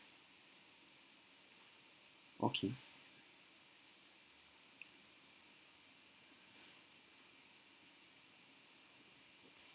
okay